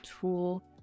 tool